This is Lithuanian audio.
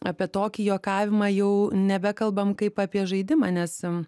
apie tokį juokavimą jau nebekalbam kaip apie žaidimą nes